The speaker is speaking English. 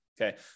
Okay